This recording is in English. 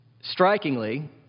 Strikingly